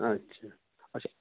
اَچھا اَچھا